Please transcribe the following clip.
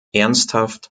ernsthaft